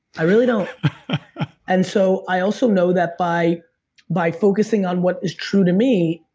i really don't and so i also know that by by focusing on what is true to me,